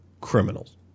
criminals